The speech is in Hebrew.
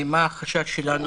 מה החשש שלנו,